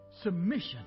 submission